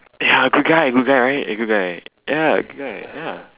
ya good guy good guy right a good guy ya good guy ya